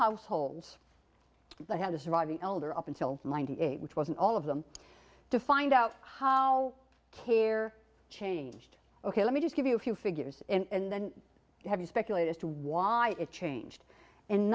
households that had a surviving elder up until ninety eight which wasn't all of them to find out how care changed ok let me just give you a few figures and then have you speculate as to why it changed in